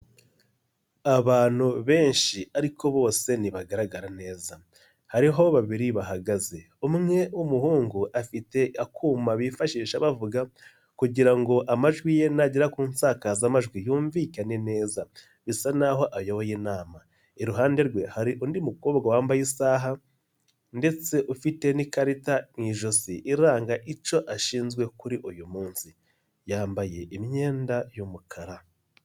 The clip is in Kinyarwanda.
Abantu benshi ariko bose ntibagaragara neza, hariho babiri bahagaze, umwe w'umuhungu afite akuma bifashisha bavuga kugira ngo amajwi ye nagera ku nsakazamajwi yumvikane neza, bisa n'aho ayoboye inama, iruhande rwe hari undi mukobwa wambaye isaha ndetse ufite n'ikarita mu ijosi, iranga icyo ashinzwe kuri uyu munsi, yambaye imyenda y'umukara.